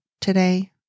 today